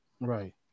Right